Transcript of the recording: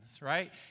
right